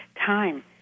time